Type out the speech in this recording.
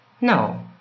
No